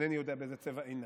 אינני יודע באיזה צבע עיניו,